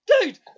Dude